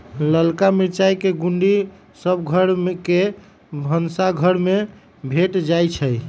ललका मिरचाई के गुण्डी सभ घर के भनसाघर में भेंट जाइ छइ